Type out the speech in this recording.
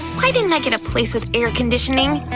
why didn't i get a place with air conditioning?